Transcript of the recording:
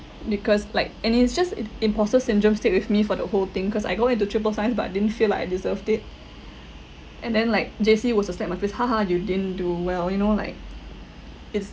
because like and it's just it imposter syndrome stick with me for the whole thing cause I go into triple science but didn't feel like I deserved it and then like J_C was a slap in my face you didn't do well you know like it's